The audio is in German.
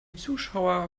zuschauer